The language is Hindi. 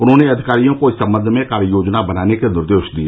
उन्होंने अधिकारियों को इस सम्बन्ध में कार्ययोजना बनाने के निर्देश दिए